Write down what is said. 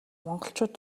монголчууд